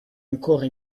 ancora